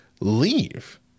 leave